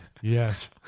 Yes